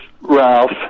Ralph